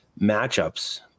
matchups